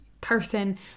person